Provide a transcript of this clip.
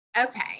Okay